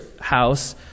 house